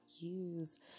use